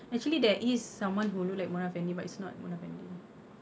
acutally there is someone who look like mona fandey but it's not mona fandey